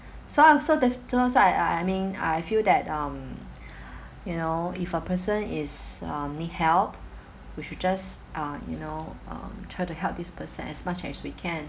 so I also so I I mean I feel that um you know if a person is um need help we should just um you know um try to help this person as much as we can